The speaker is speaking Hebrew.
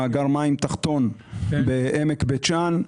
מאגר מים תחתון בעמק בית שאן.